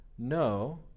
No